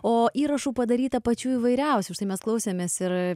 o įrašų padaryta pačių įvairiausių užtai mes klausėmės ir